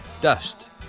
Dust